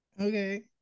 Okay